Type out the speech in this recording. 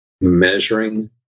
measuring